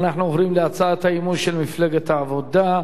ואנחנו עוברים להצעת האי-אמון של מפלגת העבודה: